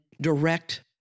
direct